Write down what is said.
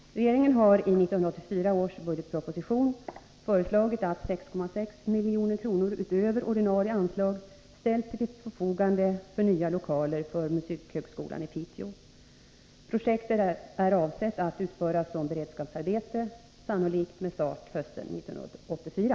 Regeringen har i 1984 års budgetproposition föreslagit att 6,6 milj.kr. utöver ordinarie anslag ställs till förfogande för nya lokaler för musikhögskolan i Piteå. Projektet är avsett att utföras som beredskapsarbete, sannolikt med start hösten 1984.